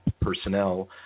personnel